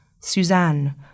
Suzanne